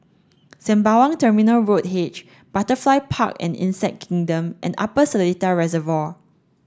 Sembawang Terminal Road H Butterfly Park and Insect Kingdom and Upper Seletar Reservoir